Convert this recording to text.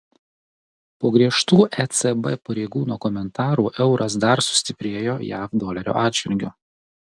po griežtų ecb pareigūno komentarų euras dar sustiprėjo jav dolerio atžvilgiu